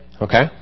okay